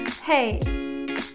Hey